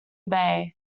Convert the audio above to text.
bay